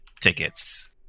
tickets